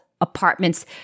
apartments